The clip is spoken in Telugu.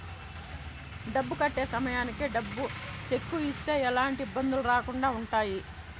డబ్బు కట్టే సమయానికి డబ్బు సెక్కు ఇస్తే ఎలాంటి ఇబ్బందులు రాకుండా ఉంటాయి